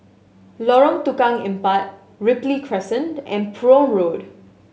Lorong Tukang Empat Ripley Crescent and Prome Road